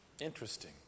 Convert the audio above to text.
Interesting